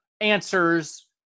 answers